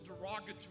derogatory